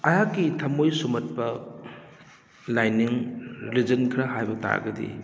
ꯑꯩꯍꯥꯛꯀꯤ ꯊꯃꯣꯏ ꯁꯨꯝꯍꯠꯄ ꯂꯥꯏꯅꯤꯡ ꯔꯤꯂꯤꯖꯟ ꯈꯔ ꯍꯥꯏꯕ ꯇꯥꯔꯒꯗꯤ